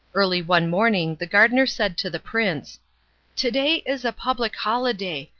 early one morning the gardener said to the prince to-day is a public holiday,